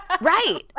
right